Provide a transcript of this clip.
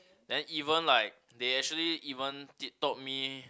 then even like they actually even tip told me